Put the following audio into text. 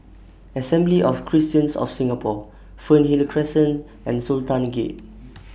Assembly of Christians of Singapore Fernhill Crescent and Sultan Gate